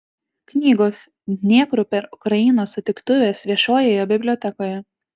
knygos dniepru per ukrainą sutiktuvės viešojoje bibliotekoje